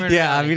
yeah.